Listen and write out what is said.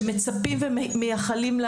שמצפים ומייחלים,